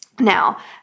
Now